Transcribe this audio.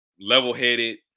level-headed